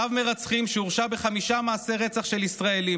רב-מרצחים שהורשע בחמישה מעשי רצח של ישראלים,